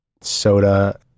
soda